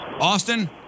Austin